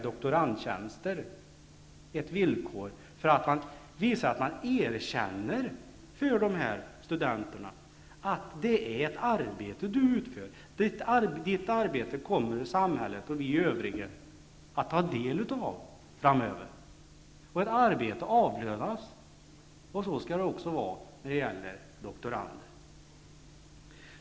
Doktorandtjänster är absolut ett sätt att visa att man erkänner för dessa studerande att det är ett arbete som de utför. Deras arbete kommer samhället och övriga att ta del av framöver. Ett arbete avlönas, och så skall det också vara med doktorandens arbete.